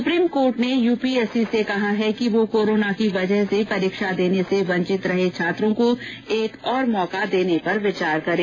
supreme court ने UPSC से कहा है कि वो कोरोना की वजह से परीक्षा देने से वंचित रहे छात्रों को एक और मौका देंने पर विचार करें